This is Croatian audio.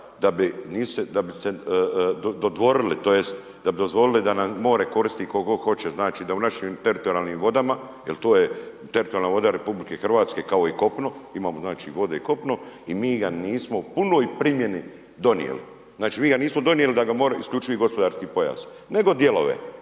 da bi se dodvorili, tj. da bi dozvolili da nam more koristi tko god hoće, znači da u našim teritorijalnim vodama, jer to je teritorijalna voda RH kao i kopno, imamo znači vode i kopno i mi ga nismo u punoj primjeni donijeli. Znači mi ga nismo donijeli da ga može, isključivi gospodarski pojas nego dijelove